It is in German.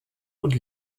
und